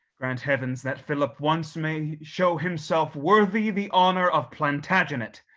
grant heavens that philip once may show himself worthy the honor of plantagenet.